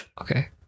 Okay